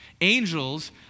Angels